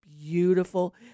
beautiful